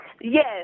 Yes